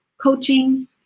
Coaching